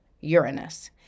Uranus